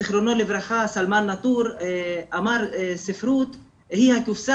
סלמן נאטור ז"ל אמר שהספרות היא הקופסה